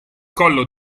collo